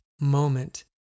moment